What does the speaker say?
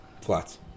Flats